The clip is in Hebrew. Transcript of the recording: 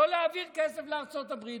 לא להעביר כסף לארצות הברית.